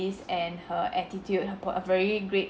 ~ce and her attitude her po~ a very great